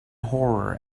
horror